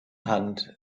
hand